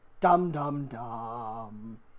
dum-dum-dum